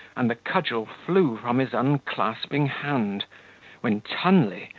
and the cudgel flew from his unclasping hand when tunley,